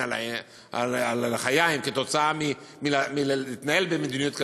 על הלחיים כתוצאה מהתנהלות במדיניות כזו.